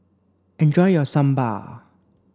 enjoy your Sambar